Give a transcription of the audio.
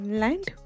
land